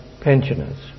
pensioners